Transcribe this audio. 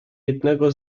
jednego